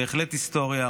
בהחלט היסטוריה,